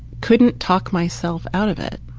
couldn't talk myself out of it.